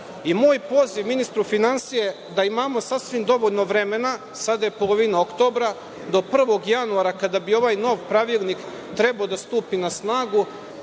poziv ministru finansija je da imamo sasvim dovoljno vremena, sada je polovina oktobra, do 1. januara kada bi ovaj nov pravilnik trebao da stupi na snagu,